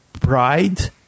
Pride